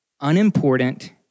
unimportant